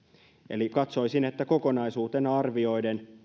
eli katsoisin että kokonaisuutena arvioiden